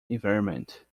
environment